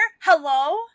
Hello